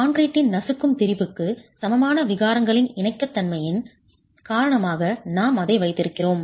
கான்கிரீட்டின் நசுக்கும் திரிபுக்கு சமமான விகாரங்களின் இணக்கத்தன்மையின் காரணமாக நாம் அதை வைத்திருக்கிறோம்